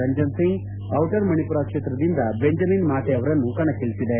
ರಂಜನ್ ಸಿಂಗ್ ಡಿಟರ್ ಮಣಿಪುರ ಕ್ಷೇತ್ರದಿಂದ ಬೆಂಜಮಿನ್ ಮಾತೆ ಅವರನ್ನು ಕಣಕ್ಕಿಳಿಸಿದೆ